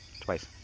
Twice